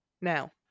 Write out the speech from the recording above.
now